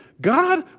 God